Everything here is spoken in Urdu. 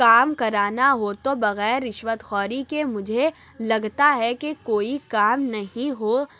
کام کرانا ہو تو بغیر رشوت خوری کے مجھے لگتا ہے کہ کوئی کام نہیں ہو